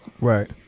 right